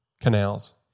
canals